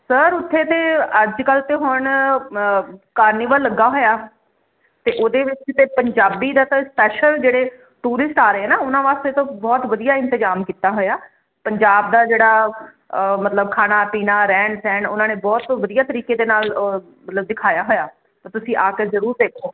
sir ਉੱਥੇ ਤੇ ਅੱਜ ਕੱਲ ਤੇ ਹੁਣ ਕਾਰਨੇਵਾ ਲੱਗਾ ਹੋਇਆ ਤੇ ਉਹਦੇ ਵਿੱਚ ਤੇ ਪੰਜਾਬੀ ਦਾ ਤਾਂ ਸਪੈਸ਼ਲ ਜਿਹੜੇ ਟੂਰਿਸਟ ਆ ਰਹੇ ਨਾ ਉਹਨਾਂ ਵਾਸਤੇ ਤਾਂ ਬਹੁਤ ਵਧੀਆ ਇੰਤਜ਼ਾਮ ਕੀਤਾ ਹੋਇਆ ਪੰਜਾਬ ਦਾ ਜਿਹੜਾ ਮਤਲਬ ਖਾਣਾ ਪੀਣਾ ਰਹਿਣ ਸਹਿਣ ਉਹਨਾਂ ਨੇ ਬਹੁਤ ਵਧੀਆ ਤਰੀਕੇ ਦੇ ਨਾਲ ਮਤਲਬ ਦਿਖਾਇਆ ਹੋਇਆ ਤੁਸੀਂ ਆ ਕੇ ਜਰੂਰ ਦੇਖੋ